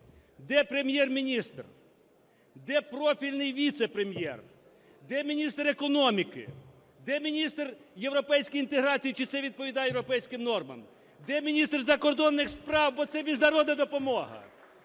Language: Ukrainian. Де Прем'єр-міністр? Де профільний віце-прем'єр? Де міністр економіки? Де міністр європейської інтеграції, чи це відповідає європейським нормам? Де міністр закордонних справ, бо це міжнародна допомога?